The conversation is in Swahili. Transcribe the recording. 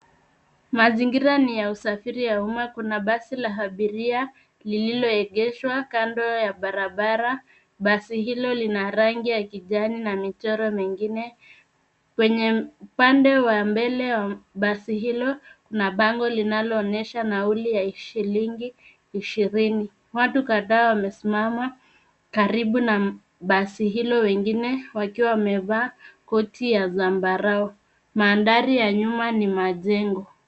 Mazingira ni ya usafiri wa umma. Kuna basi la abiria lililoegeshwa kando ya barabara. Basi hilo lina rangi ya kijani na michoro mingine. Kwenye upande wa mbele wa basi hilo, kuna bango linaloonyesha nauli ya shilingi ishirini. Watu kadhaa wamesimama karibu na basi hilo, wengine wakiwa wamevaa koti za zambarau. Mandhari ya nyuma ni majengo.